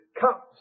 cups